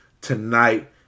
tonight